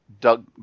doug